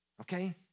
okay